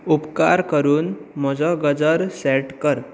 उपकार करून म्हजो गजर सॅट कर